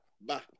Bye